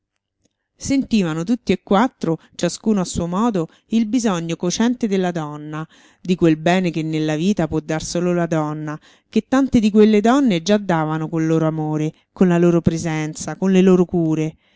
sentivano tutti e quattro ciascuno a suo modo il bisogno cocente della donna di quel bene che nella vita può dar solo la donna che tante di quelle donne già davano col loro amore con la loro presenza con le loro cure